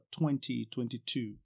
2022